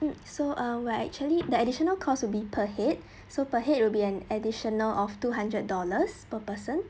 um so ah we're actually the additional cost will be per head so perhaps will be an additional of two hundred dollars per person